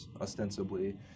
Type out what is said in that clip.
ostensibly